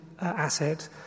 asset